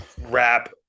rap